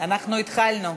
אנחנו התחלנו.